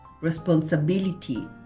responsibility